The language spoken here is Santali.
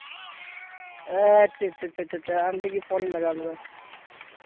ᱟᱪᱪᱷᱟ ᱟᱪᱪᱷᱟ ᱟᱢ ᱴᱷᱮᱱ ᱜᱮ ᱯᱷᱳᱱᱤᱧ ᱞᱟᱜᱟᱣ ᱞᱮᱫᱟ